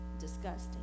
disgusting